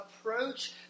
approach